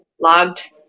Logged